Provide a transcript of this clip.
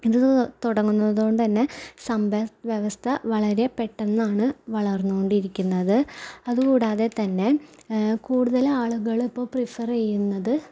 ഇത്ത് തുടങ്ങുന്നത് കൊണ്ട് തന്നെ സമ്പത്ത് വ്യവസ്ഥ വളരെ പെട്ടന്നാണ് വളർന്നുകൊണ്ടിരിക്കുന്നത് അത് കൂടാതെ തന്നെ കൂടുതലാളുകൾ ഇപ്പോൾ പ്രിഫർ ചെയ്യുന്നത്